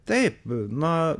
taip na